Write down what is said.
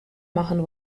machen